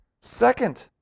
Second